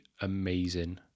amazing